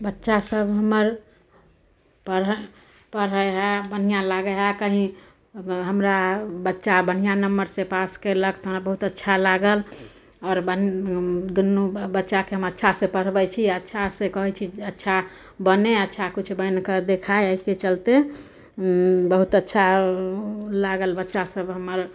बच्चासभ हमर पढ़ पढ़ै हइ बढ़िआँ लागै हइ कहीँ हमरा बच्चा बढ़िआँ नम्बरसे पास कएलक तऽ हमरा बहुत अच्छा लागल आओर बन दुन्नू बच्चाके हम अच्छासे पढ़बै छी अच्छासे कहै छी अच्छा बने अच्छा किछु बनिके देखाइ एहिके चलिते बहुत अच्छा लागल बच्चा सभ हमर